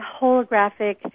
holographic